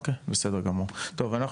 בסדר גמור, אין בעיה.